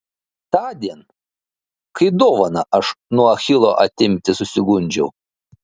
tądien kai dovaną aš nuo achilo atimti susigundžiau